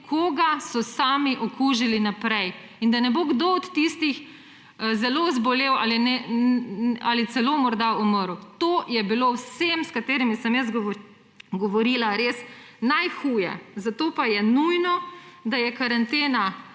koga so sami okužili naprej in da ne bo kdo od tistih zelo zbolel ali celo morda umrl. To je bilo vsem, s katerimi sem govorila, res najhuje. Zato pa je nujno, da je karantena